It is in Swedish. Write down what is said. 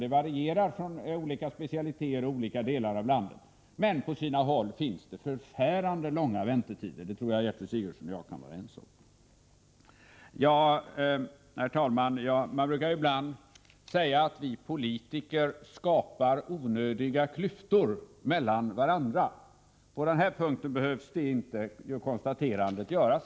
Dessa varierar från olika specialiteter och i olika delar av landet. Men på sina håll finns det förfärande långa väntetider — det tror jag att Gertrud Sigurdsen och jag kan vara ense om. Herr talman! Man brukar ibland säga att vi politiker skapar onödiga klyftor mellan varandra. På denna punkt behöver man inte göra detta konstaterande.